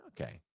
Okay